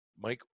Mike